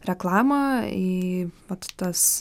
reklamą į vat tas